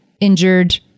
injured